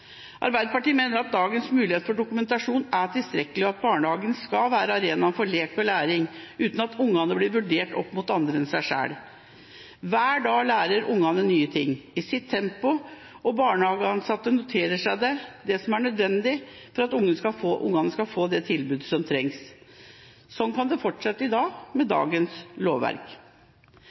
Arbeiderpartiet mener at dagens mulighet for dokumentasjon er tilstrekkelig, og at barnehagen skal være en arena for lek og læring, uten at barna blir vurdert opp mot andre enn seg selv. Hver dag lærer barn nye ting, i sitt tempo, og barnehageansatte noterer seg det som er nødvendig for at barna skal få det tilbudet som trengs. Slik kan det fortsette med dagens lovverk.